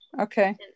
okay